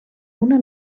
una